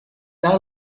tale